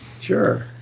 sure